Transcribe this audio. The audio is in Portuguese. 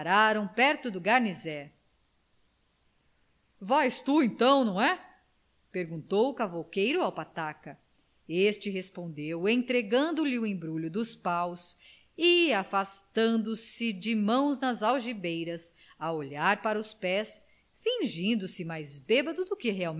pararam perto do garnisé vais tu então não é perguntou o cavouqueiro ao pataca este respondeu entregando-lhe o embrulho dos paus e afastando-se de mãos nas algibeiras a olhar para os pés fingindo-se mais bêbedo do que